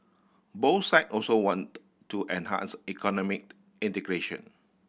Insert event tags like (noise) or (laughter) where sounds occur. both side also want to enhance economy (unintelligible) integration